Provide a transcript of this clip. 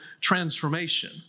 transformation